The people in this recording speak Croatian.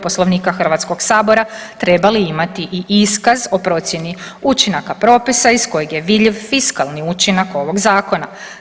Poslovnika Hrvatskog sabora trebali imati i iskaz o procjeni učinaka propisa iz kojeg je vidljiv fiskalni učinak ovog zakona.